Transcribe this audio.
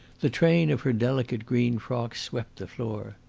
the train of her delicate green frock swept the floor.